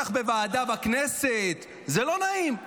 בטח בוועדה בכנסת, זה לא נעים.